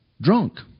Drunk